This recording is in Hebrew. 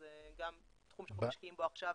זה גם תחום שאנחנו משקיעים בו עכשיו.